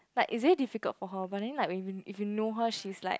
but it's very difficult for her but then when if you know her she's like